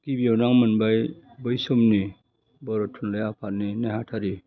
गिबियावनो आं मोनबाय बै समनि बर' थुनलाइ आफादनि नेहातारि